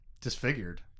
disfigured